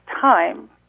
time